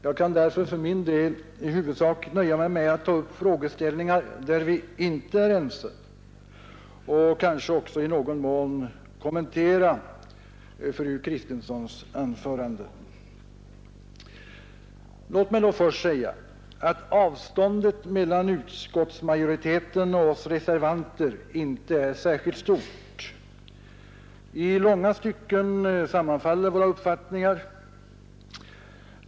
Jag kan därför för min del i huvudsak nöja mig med att ta upp frågeställningar där vi inte är ense och kanske också i någon mån kommentera fru Kristenssons anförande. Låt mig då först säga att avståndet mellan utskottsmajoriteten och oss reservanter inte är särskilt stort. I långa stycken sammanfaller våra uppfattningar.